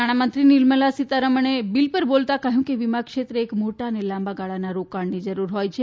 નાણાં મંત્રી નિર્મળા સીતારમણે બિલ પર બોલતાં કહ્યું કે વીમા ક્ષેત્રે એક મોટા અને લાંબા ગાળાના રોકાણની જરૂર હોય છે